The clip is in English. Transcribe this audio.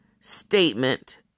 statement